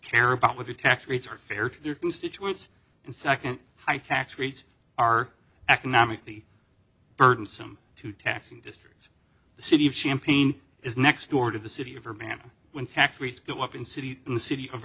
care about with the tax rates are fair to their constituents and second high tax rates are economically burdensome to taxing districts the city of champagne is next door to the city of urbana when tax rates go up in city and city of